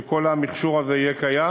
כל המכשור הזה יהיה קיים.